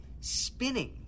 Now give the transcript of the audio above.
spinning